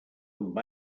amb